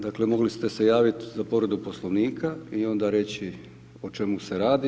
Dakle, mogli ste se javiti za povredu poslovnika i onda reći o čemu se radi.